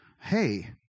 Hey